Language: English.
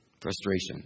Frustration